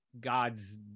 god's